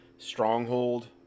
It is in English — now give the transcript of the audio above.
stronghold